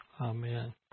Amen